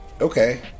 Okay